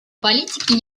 политики